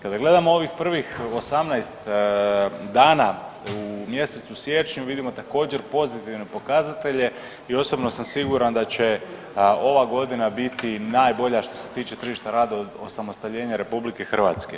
Kada gledamo ovih prvih 18 dana u mjesecu siječnju vidimo također pozitivne pokazatelje i osobno sam siguran da će ova godina biti najbolja što se tiče tržišta rada od osamostaljenja Republike Hrvatske.